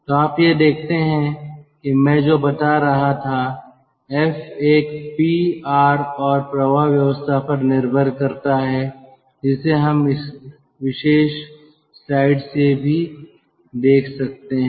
तो आप यह देखते हैं कि मैं जो बता रहा था F एक P R और प्रवाह व्यवस्था पर निर्भर करता है जिसे हम इस विशेष स्लाइड से भी देख सकते हैं